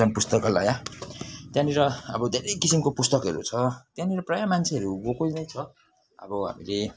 जन पुस्तकालय त्यहाँनिर अबो धेरै किसिमको पुस्तकहरू छ त्यहाँनिर प्रायः मान्छेहरू गएको नै छ अब हामीले